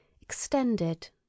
extended